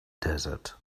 desert